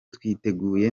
twiteguye